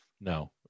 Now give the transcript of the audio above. No